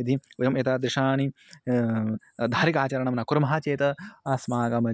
यदि वयम् एतादृशानि धार्मिकाचरणानि न कुर्मः चेत् अस्माकं